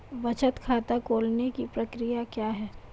बचत खाता खोलने की प्रक्रिया क्या है?